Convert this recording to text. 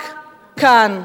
רק כאן,